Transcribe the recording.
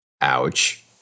Ouch